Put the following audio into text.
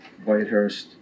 Whitehurst